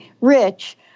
rich